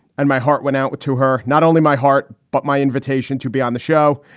and my heart went out but to her, not only my heart, but my invitation to be on the show.